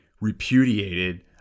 repudiated